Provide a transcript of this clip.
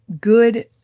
good